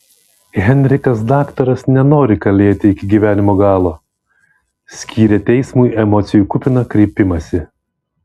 henrikas daktaras nenori kalėti iki gyvenimo galo skyrė teismui emocijų kupiną kreipimąsi